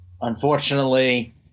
Unfortunately